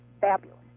fabulous